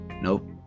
nope